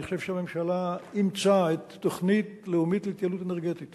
אני חושב שהממשלה אימצה את התוכנית הלאומית להתייעלות אנרגטית